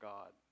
God